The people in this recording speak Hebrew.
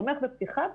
תומך בפתיחה,